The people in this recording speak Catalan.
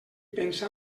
pensa